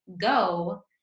go